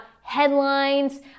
headlines